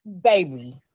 baby